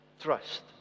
trust